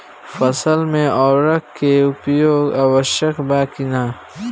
फसल में उर्वरक के उपयोग आवश्यक बा कि न?